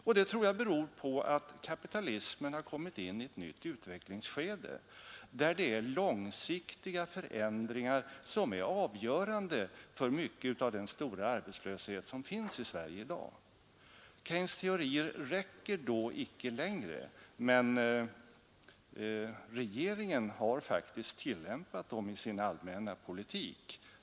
Och jag tror att det beror på att kapitalismen har kommit in i ett nytt utvecklingsskede, där det är långsiktiga förändringar som är avgörande för mycket av den stora arbetslöshet som finns i Sverige i dag. Keynes” teorier räcker då inte längre, men regeringen har faktiskt tillämpat dem i sin allmänna politik.